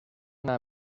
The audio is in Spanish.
una